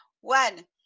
one